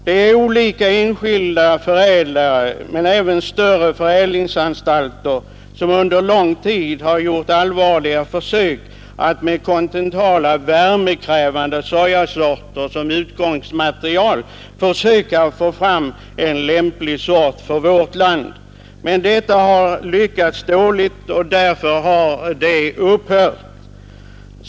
Det finns olika enskilda förädlare, men även större förädlingsanstalter, som under lång tid har gjort allvarliga försök att med kontinentala, värmekrävande sojasorter som utgångsmaterial försöka få fram en lämplig sort för vårt land. Men detta har lyckats dåligt och försöken har därför upphört.